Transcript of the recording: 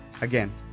again